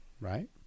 Right